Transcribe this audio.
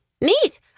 Neat